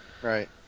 Right